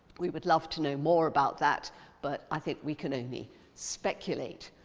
we would love to know more about that but i think we can only speculate.